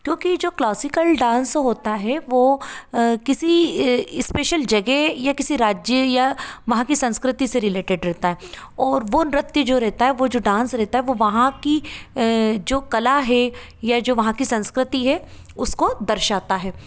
क्योंकि जो classical dance होता है वो किसी स्पेशल जगह या किसी राज्य या वहाँ की संस्कृति से रिलेटेड रहता है और वह नृत्य जो रहता है वो जो डांस रहता है वो वहाँ की जो कला है या जो वहाँ की संस्कृति है उसको दर्शाता है